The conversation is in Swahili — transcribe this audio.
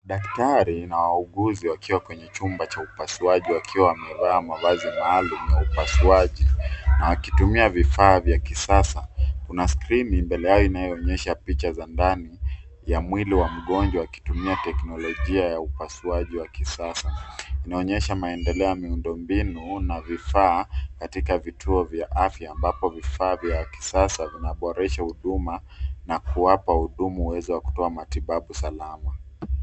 Daktari na wauguzi, wakiwa kwenye chumba cha upasuaji wakiwa wamevaa mavazi maalum ya upasuaji, na wakitumia vifaa vya kisasa. Kuna skrini mbele yao inayoonyesha picha za ndani, ya mwili wa mgonjwa akitumia teknolojia ya upasuaji wa kisasa. Inaonyesha maendeleo ya miundo mbinu na vifaa katika vituo vya afya ambapo vifaa vya kisasa vinaboresha huduma na kuwapa wahudumu uwezo wa kutoa matibabu salama.